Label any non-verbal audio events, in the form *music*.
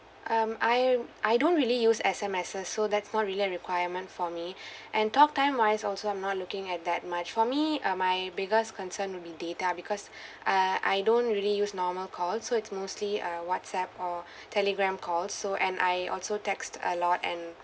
um I I don't really use S_M_Ss so that's not really a requirement for me *breath* and talk time wise also I'm not looking at that much for me uh my biggest concern would be data because *breath* uh I don't really use normal call so it's mostly a WhatsApp or *breath* Telegram call so and I also text a lot